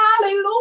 Hallelujah